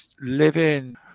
living